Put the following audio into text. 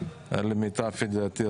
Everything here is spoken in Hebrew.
למיטב ידיעתי,